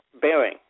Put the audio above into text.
bearing